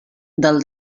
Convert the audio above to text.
del